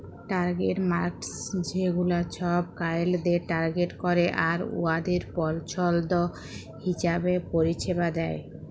target markets ছেগুলা ছব ক্লায়েন্টদের টার্গেট ক্যরে আর উয়াদের পছল্দ হিঁছাবে পরিছেবা দেয়